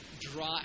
draw